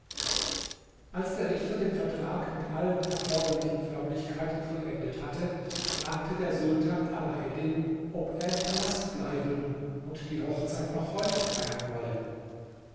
als der richter den vertrag mit allen erforderlichen förmlichkeiten vollendet hatte fragte der sultan alaeddin ob er im palast bleiben und die hochzeit noch heute feiern wolle